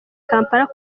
kampala